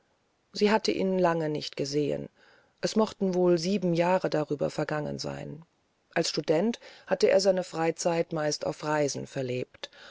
sie hatte ihn lange nicht gesehen es mochten wohl sieben jahre darüber vergangen sein als student hatte er seine ferienzeit meist auf reisen verlebt